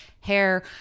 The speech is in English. hair